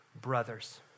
brothers